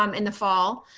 um in the fall.